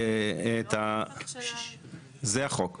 זה החוק.